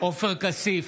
עופר כסיף,